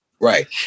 Right